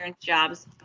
Jobs